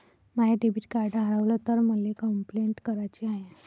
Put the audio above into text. माय debit card हारवल तर मले कंपलेंट कराची हाय